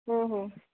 हो हो